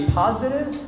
positive